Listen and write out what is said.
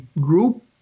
group